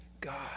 God